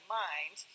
mind